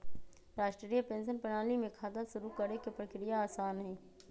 राष्ट्रीय पेंशन प्रणाली में खाता शुरू करे के प्रक्रिया आसान हई